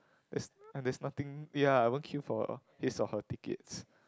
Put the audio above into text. if if there's nothing ya I won't queue for it all waste of her tickets